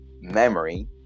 memory